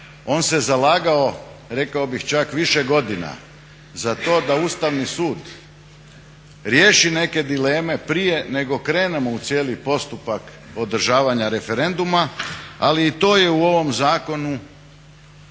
on se zalagao rekao bih čak više godina za to da Ustavni sud riješi neke dileme prije nego krenemo u cijeli postupak održavanja referenduma, ali i to je u ovom zakonu